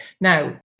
now